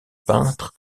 peintre